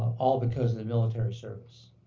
all because of the military service.